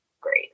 Great